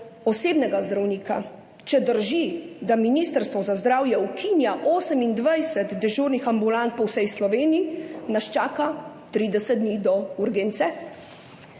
osebnega zdravnika. Če drži, da Ministrstvo za zdravje ukinja 28 dežurnih ambulant po vsej Sloveniji, nas čaka 30 dni do urgence.